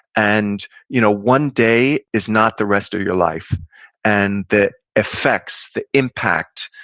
and you know one day is not the rest of your life and the effects, the impact,